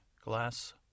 glass